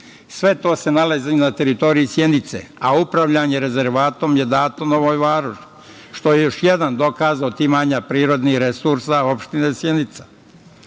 Sve to se nalazi na teritoriji Sjenice, a upravljanje rezervatom je dato Novoj Varoši, što je još jedan dokaz otimanja prirodnih resursa opštini